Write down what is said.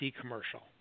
commercial